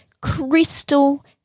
crystal